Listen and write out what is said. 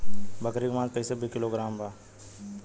बकरी के मांस कईसे किलोग्राम बा?